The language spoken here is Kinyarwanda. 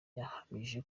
yahamije